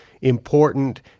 important